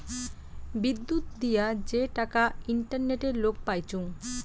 বিদ্যুত দিয়া যে টাকা ইন্টারনেটে লোক পাইচুঙ